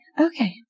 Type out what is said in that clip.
Okay